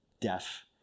deaf